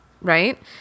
right